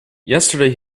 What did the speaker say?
yesterday